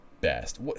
best